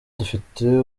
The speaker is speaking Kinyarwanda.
dufite